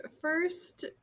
first